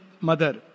mother